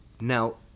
Now